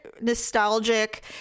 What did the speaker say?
nostalgic